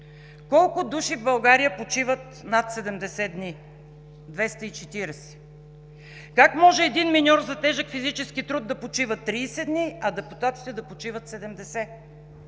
Колко души в България почиват над 70 дни? 240. Как може един миньор за тежък физически труд да почива 30 дни, а депутатите да почиват 70?